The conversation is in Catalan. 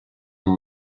amb